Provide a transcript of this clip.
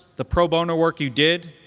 the pro bono work you did,